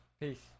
Peace